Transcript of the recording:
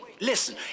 listen